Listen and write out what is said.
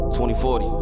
2040